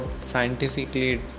scientifically